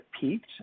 peaked